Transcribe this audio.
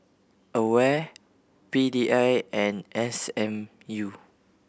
AWARE P D I and S M U